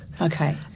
Okay